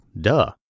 Duh